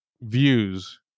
views